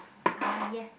ah yes